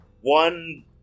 one